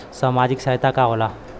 सामाजिक सहायता का होला?